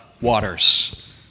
waters